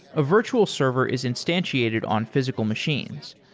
a virtual server is instantiated on physical machines.